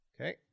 Okay